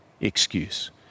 excuse